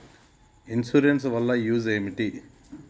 Insurance వాళ్ల use ఏంటిది?